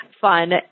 fun